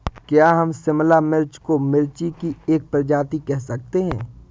क्या हम शिमला मिर्च को मिर्ची की एक प्रजाति कह सकते हैं?